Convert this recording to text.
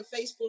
Facebook